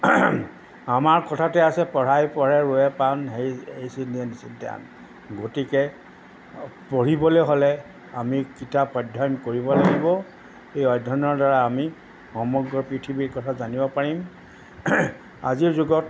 আমাৰ কথাতে আছে পঢ়াই পঢ়ে ৰোৱে পাণ সেই তিনিয়ে নিচিন্ত গতিকে পঢ়িবলৈ হ'লে আমি কিতাপ অধ্যয়ন কৰিব লাগিব এই অধ্যয়নৰদ্বাৰা আমি সমগ্ৰ পৃথিৱীৰ কথা জানিব পাৰিম আজিৰ যুগত